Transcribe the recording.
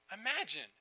imagine